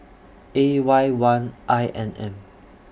A Y one I N M